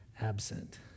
absent